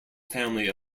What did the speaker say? family